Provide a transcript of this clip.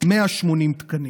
180 תקנים.